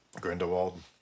Grindelwald